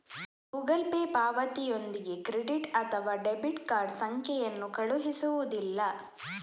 Google Pay ಪಾವತಿಯೊಂದಿಗೆ credit ಅಥವಾ debit card ಸಂಖ್ಯೆಯನ್ನು ಕಳುಹಿಸುವುದಿಲ್ಲ